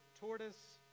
tortoise